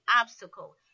obstacle